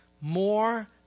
more